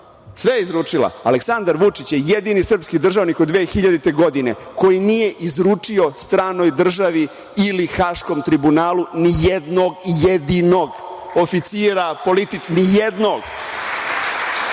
je izručila. Aleksandar Vučić je jedini srpski državnik od 2000. godine, koji nije izručio stranoj državi ili Haškom tribunalu nijednog jedinog oficira. Ovde, u ovom